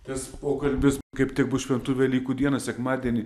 tas pokalbis kaip tik bus šventų velykų dieną sekmadienį